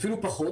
אפילו פחות.